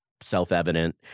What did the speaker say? self-evident